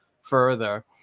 further